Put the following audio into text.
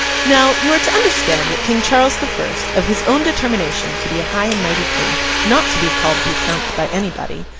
now, you are to understand that king charles the first of his own determination to be a high and mighty king not to be called to account by anybody,